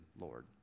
Lord